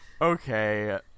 Okay